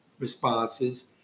responses